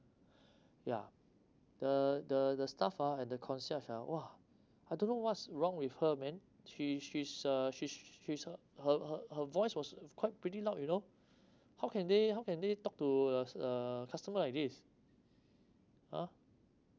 yeah the the the staff ah at the counter shelf ah !wah! I don't know what's wrong with her man she she's uh she she's uh her her her voice was quite pretty loud you know how can they how can they talk to uh uh customer like this ah